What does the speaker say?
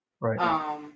Right